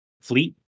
fleet